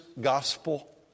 gospel